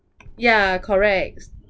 yeah correct